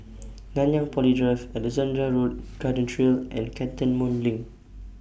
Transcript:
Nanyang Poly Drive Alexandra Road Garden Trail and Cantonment LINK